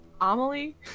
Amelie